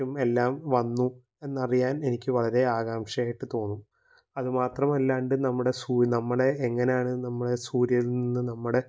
മറ്റും എല്ലാം വന്നു എന്നറിയാൻ എനിക്ക് വളരെ ആകാംക്ഷയായിട്ട് തോന്നും അതുമാത്രമല്ലാണ്ട് നമ്മുടെ നമ്മുടെ എങ്ങനെയാണ് നമ്മളെ സൂര്യൻന്ന് നമ്മുടെ